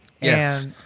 Yes